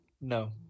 No